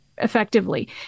effectively